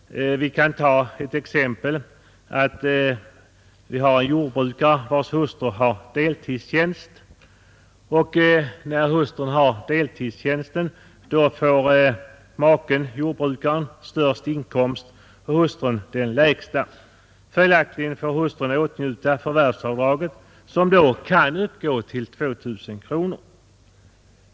Låt oss ta en jordbrukare vars hustru har deltidstjänst; mannen-jordbrukaren har den högsta inkomsten och hustrun den lägsta. Följaktligen får hustrun åtnjuta förvärvsavdraget, som då kan uppgå till 2 000 kronor.